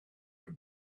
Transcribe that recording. have